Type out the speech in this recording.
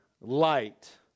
light